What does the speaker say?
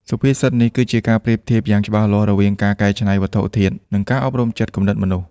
សុភាសិតនេះគឺជាការប្រៀបធៀបយ៉ាងច្បាស់លាស់រវាងការកែច្នៃវត្ថុធាតុ និងការអប់រំចិត្តគំនិតមនុស្ស។